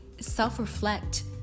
self-reflect